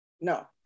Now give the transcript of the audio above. No